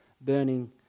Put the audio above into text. burning